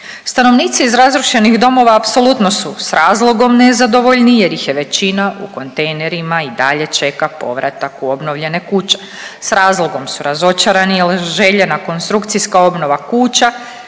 Stanovnici iz razrušenih domova apsolutno su s razlogom nezadovoljni jer ih je većina u kontejnerima i dalje čeka povratak u obnovljene kuće. S razlogom su razočarani jel željena konstrukcijska obnova kuća